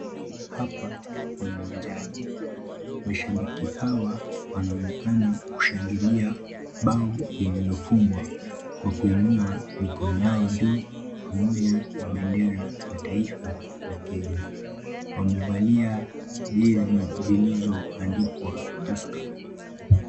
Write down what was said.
Hapa ni uwanjani. Mashabiki hawa wanaonekana kushangilia bao iliyofungwa kwa kuinua mikono yao juu pamoja na bendera za taifa la Kenya. Wamevalia jezi zilizoandikwa Tusker.